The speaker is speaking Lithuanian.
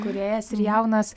kūrėjas ir jaunas